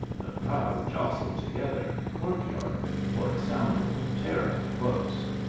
the crowd jostled together in the court-yard, for it sounded terribly close.